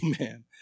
Amen